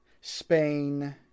Spain